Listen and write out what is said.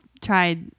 tried